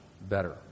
better